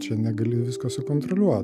čia negali visko sukontroliuot